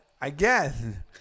again